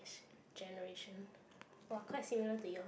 generation !woah! quite similar to yours